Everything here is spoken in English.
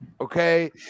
okay